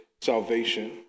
salvation